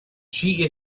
she